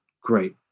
great